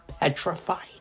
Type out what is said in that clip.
petrified